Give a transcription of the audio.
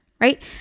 right